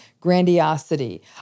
grandiosity